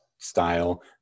style